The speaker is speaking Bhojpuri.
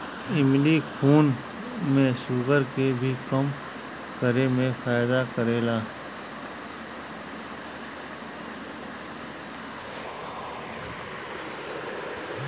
इमली खून में शुगर के भी कम करे में फायदा करेला